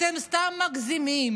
אתם סתם מגזימים,